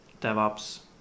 DevOps